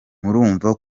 murumva